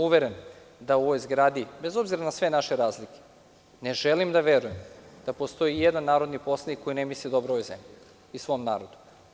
Uveren sam da u ovoj zgradi, bez obzira na sve naše razlike, ne želim da verujem da postoji i jedan narodni poslanik koji ne misli dobro ovoj zemlji i svom narodu.